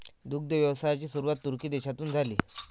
दुग्ध व्यवसायाची सुरुवात तुर्की देशातून झाली